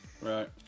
Right